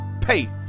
pay